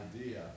idea